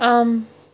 اَم